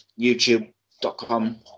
youtube.com